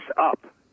up